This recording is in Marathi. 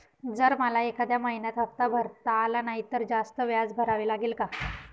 जर मला एखाद्या महिन्यात हफ्ता भरता आला नाही तर जास्त व्याज भरावे लागेल का?